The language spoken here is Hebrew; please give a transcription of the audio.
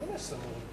לרשותך,